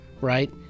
right